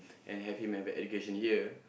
and have him have a education here